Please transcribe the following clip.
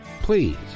Please